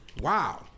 wow